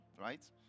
right